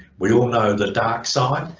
we all know the dark side,